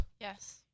Yes